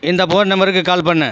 இந்த ஃபோன் நம்பர்க்கு கால் பண்ணு